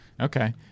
Okay